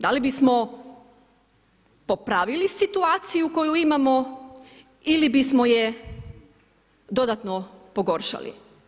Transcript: Da li bismo popravili situaciju koju imamo ili bismo je dodatno pogoršali?